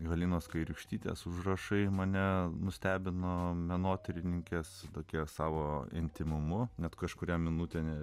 halinos kairiūkštytės užrašai mane nustebino menotyrininkės tokia savo intymumu net kažkurią minutę